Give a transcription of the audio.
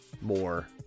more